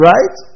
Right